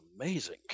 amazing